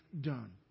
done